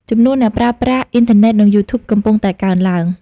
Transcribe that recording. ចំនួនអ្នកប្រើប្រាស់អ៊ីនធឺណិតនិង YouTube កំពុងតែកើនឡើង។